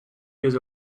years